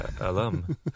alum